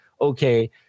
okay